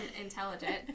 intelligent